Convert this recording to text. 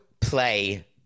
play